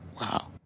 Wow